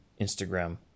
Instagram